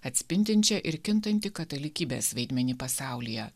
atspindinčią ir kintantį katalikybės vaidmenį pasaulyje